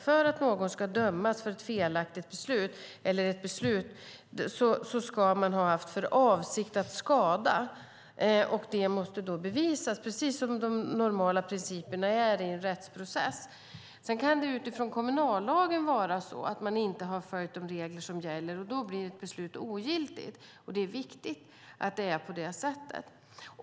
För att någon ska dömas för ett beslut ska man ha haft för avsikt att skada. Det måste då bevisas, precis som de normala principerna är i en rättsprocess. Sedan kan det utifrån kommunallagen vara så att man inte har följt de regler som gäller. Då blir ett beslut ogiltigt. Det är viktigt att det är på det sättet.